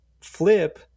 flip